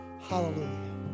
hallelujah